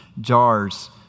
jars